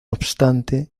obstante